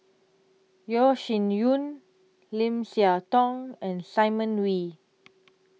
Yeo Shih Yun Lim Siah Tong and Simon Wee